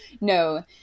no